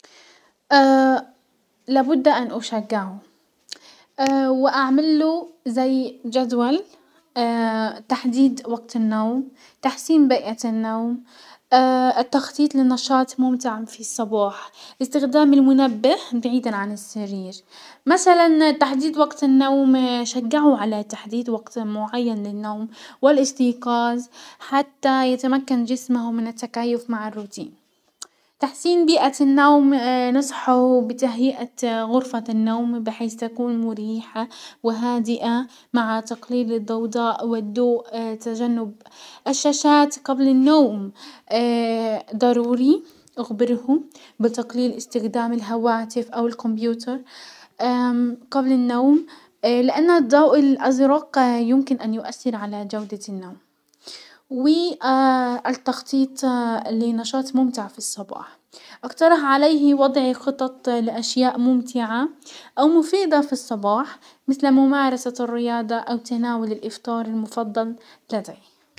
لابد ان اشجعه، واعمل له زي جدول تحديد وقت النوم، تحسين بيئة النوم، التخطيط للنشاط ممتع في الصباح، استخدام المنبه بعيدا عن السرير. مسلا تحديد وقت النوم شجعه على تحديد وقت معين للنوم والاستيقاظ، حتى يتمكن جسمه من التكيف مع الروتين. تحسين بيئة النوم نصحه بتهيئة غرفة النوم بحيث تكون مريحة وهادئة مع تقليل الضوضاء والضوء تجنب الشاشات قبل النوم، ضروري اخبرهم بتقليل استخدام الهواتف او الكمبيوتر قبل النوم، لان الضوء الازرق يمكن ان يؤثر على جودة النوم. و التخطيط لنشاط ممتع في الصباح، اقترح عليه وضع خطط لاشياء ممتعة او مفيدة في الصباح مثل ممارسة الرياضة او تناول الافطار المفضل لديه.